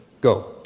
go